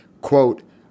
Quote